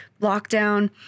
lockdown